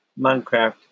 Minecraft